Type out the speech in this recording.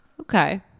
Okay